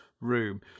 room